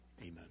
Amen